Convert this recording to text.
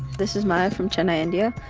this is maya from chennai, india.